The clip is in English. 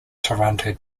toronto